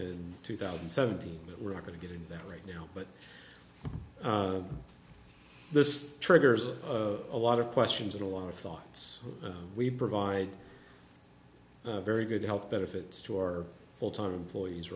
in two thousand and seventy but we're not going to get into that right now but this triggers a lot of questions and a lot of thoughts and we provide very good health benefits to our full time employees